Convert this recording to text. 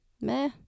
Meh